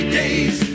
days